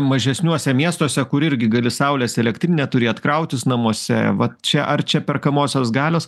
mažesniuose miestuose kur irgi gali saulės elektrinę turėt krautis namuose va čia ar čia perkamosios galios